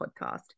podcast